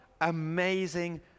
amazing